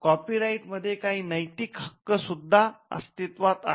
copy right मध्ये काही नैतिक हक्क सुद्धा अस्तित्वात आहेत